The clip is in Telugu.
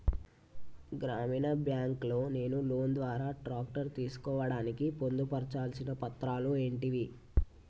గ్రామీణ బ్యాంక్ లో నేను లోన్ ద్వారా ట్రాక్టర్ తీసుకోవడానికి పొందు పర్చాల్సిన పత్రాలు ఏంటివి?